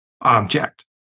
object